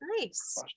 nice